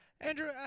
Andrew